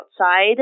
outside